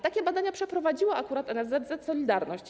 Takie badania przeprowadziła akurat NSZZ „Solidarność”